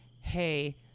Hey